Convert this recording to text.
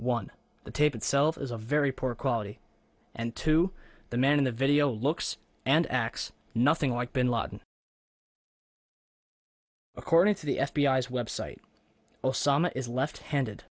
one the tape itself is a very poor quality and two the man in the video looks and acts nothing like bin laden according to the f b i s website osama is left handed